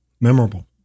memorable